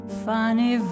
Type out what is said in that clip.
funny